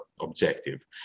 objective